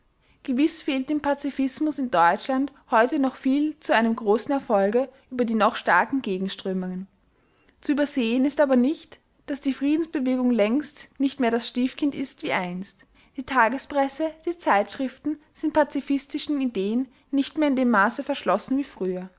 gewiß fehlt dem pazifismus in deutschland heute noch viel zu einem großen erfolge über die noch starken gegenströmungen zu übersehen ist aber nicht daß die friedensbewegung längst nicht mehr das stiefkind ist wie einst die tagespresse die zeitschriften sind pazifistischen ideen nicht mehr in dem maße verschlossen wie früher